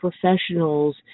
professionals